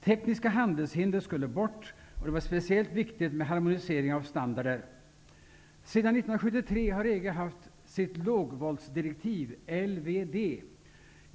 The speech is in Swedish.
Tekniska handelshinder skulle bort, och det var speciellt viktigt med harmonisering av standarder. Sedan 1973 har EG haft sitt lågvoltsdirektiv .